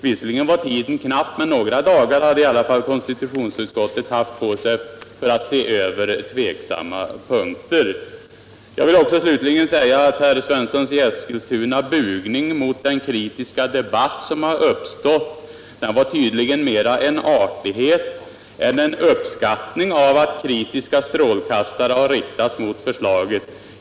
Visserligen var tiden knapp, men konstitutionsutskottet hade i alla fall haft några dagar på sig att se över tveksamma punkter. Jag vill till slut säga, att herr Svenssons i Eskilstuna bugning mot den kritiska debatt som har uppstått tydligen mer var en artighet än en uppskattning av att kritiska strålkastare har riktats mot förslaget.